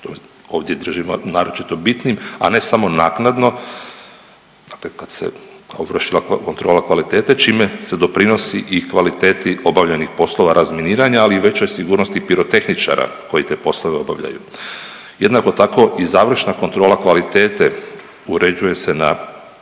ovdje držimo naročito bitnim, a ne samo naknadno, dakle kad se kao vršila kontrola kvalitete čime se doprinosi i kvaliteti obavljenih poslova razminiranja ali i većoj sigurnosti pirotehničara koji te poslove obavljaju. Jednako tako i završna kontrola kvalitete uređuje se na